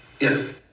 Yes